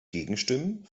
gegenstimmen